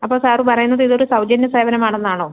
അപ്പോൾ സാറ് പറയുന്നത് ഇതൊരു സൗജന്യ സേവനം ആണെന്ന് ആണോ